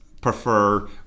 Prefer